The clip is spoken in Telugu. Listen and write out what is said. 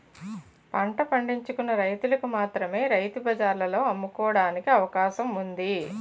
పంట పండించుకున్న రైతులకు మాత్రమే రైతు బజార్లలో అమ్ముకోవడానికి అవకాశం ఉంది